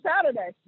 Saturday